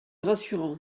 rassurant